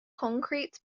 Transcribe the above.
concrete